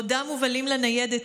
בעודם מובלים לניידת,